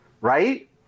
right